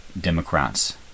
Democrats